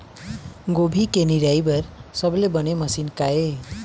गोभी के निराई बर सबले बने मशीन का ये?